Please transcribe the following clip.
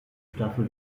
staffel